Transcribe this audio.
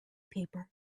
paper